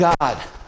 God